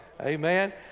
Amen